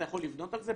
אתה יכול לבנות על זה,